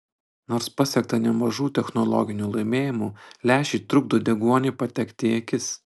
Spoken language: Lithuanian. nors pasiekta nemažų technologinių laimėjimų lęšiai trukdo deguoniui patekti į akis